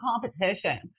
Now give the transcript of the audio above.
competition